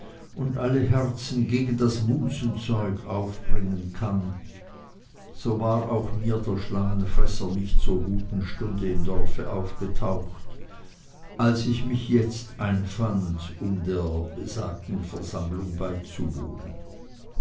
und alle herzen gegen das musenzeug aufbringen kann so war auch mir der schlangenfresser nicht zur guten stunde im dorfe aufgetaucht als ich mich jetzt einfand um der besagten verhandlung beizuwohnen